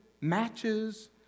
matches